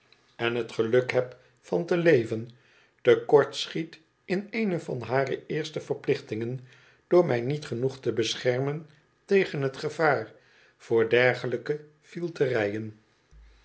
en bet geluk heb van te leven te kort schiet in een e van hare eerste verplichtingen door mij niet genoeg te beschermen tegen het gevaar voor dergelijke